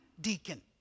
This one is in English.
deacon